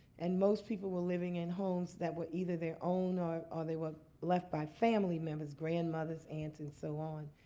and most people were living in homes that were either their own or or they were left by family members, grandmothers, aunts, and so on.